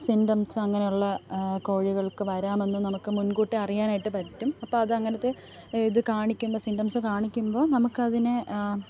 symptoms അങ്ങനെയുള്ള കോഴികൾക്ക് വരാമെന്ന് നമുക്ക് മുൻകൂട്ടി അറിയാനായിട്ട് പറ്റും അപ്പം അത് അങ്ങനെത്തെ ഇത് കാണിക്കുമ്പം സിംറ്റംസ് കാണിക്കുമ്പോൾ നമുക്ക് അതിനെ